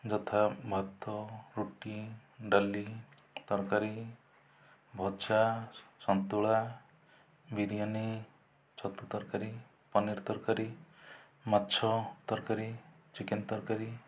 ଯଥା ଭାତ ରୁଟି ଡାଲି ତରକାରୀ ଭଜା ସନ୍ତୁଳା ବିରିୟାନି ଛତୁ ତରକାରୀ ପନିର ତରକାରୀ ମାଛ ତରକାରୀ ଚିକେନ ତରକାରୀ